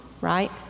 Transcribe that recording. right